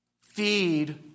feed